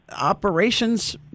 Operations